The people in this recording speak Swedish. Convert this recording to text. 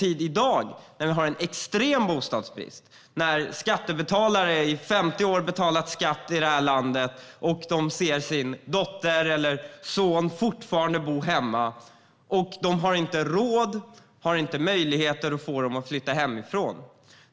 I dag har vi en extrem bostadsbrist. Det finns människor som har betalat skatt i 50 år i det här landet och inte har råd eller möjlighet att låta sina barn flytta hemifrån utan har dem boende hemma.